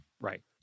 Right